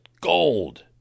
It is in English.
gold